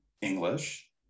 English